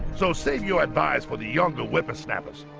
so save your thighs for the younger whippersnappers